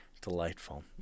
Delightful